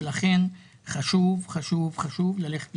ולכן חשוב חשוב חשוב ללכת להתחסן.